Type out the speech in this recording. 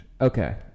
Okay